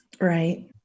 Right